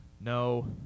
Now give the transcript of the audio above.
No